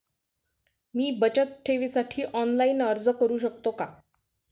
मी बचत ठेवीसाठी ऑनलाइन अर्ज करू शकतो का?